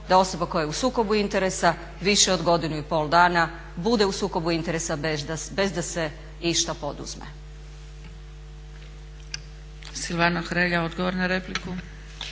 da osoba koja je u sukobu interesa više od godinu i pol dana bude u sukobu interesa bez da se išta poduzme.